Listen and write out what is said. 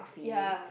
ya